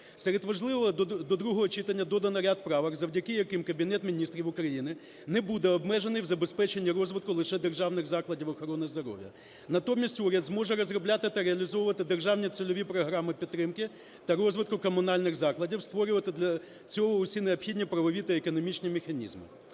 Серед важливого: до другого читання додано ряд правок, завдяки яким Кабінет Міністрів України не буде обмежений у забезпеченні розвитку лише державних закладів охорони здоров'я, натомість уряд зможе розробляти та реалізовувати державні цільові програми підтримки та розвитку комунальних закладів, створювати для цього всі необхідні правові та економічні механізми.